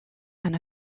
and